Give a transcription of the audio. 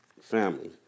Family